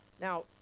Now